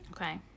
Okay